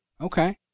okay